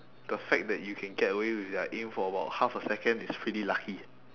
the fact that you can get away with their aim for about half a second is pretty lucky